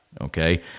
okay